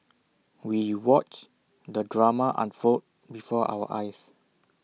we watched the drama unfold before our eyes